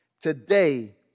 Today